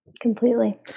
Completely